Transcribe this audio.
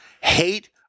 hate